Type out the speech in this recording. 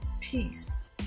peace